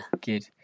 good